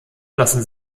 lassen